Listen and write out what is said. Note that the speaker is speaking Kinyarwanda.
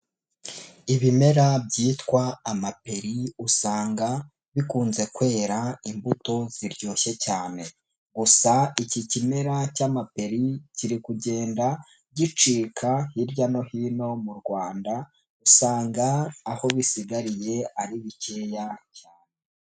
Ibimera byitwa amaperi usanga bikunze kwera imbuto ziryoshye cyane, gusa iki kimera cy'amaperi kiri kugenda gicika hirya no hino mu Rwanda, usanga aho bisigariye ari bikeya cyane.